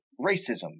racism